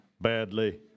badly